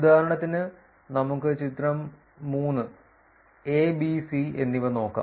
ഉദാഹരണത്തിന് നമുക്ക് ചിത്രം 3 a b c എന്നിവ നോക്കാം